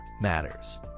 matters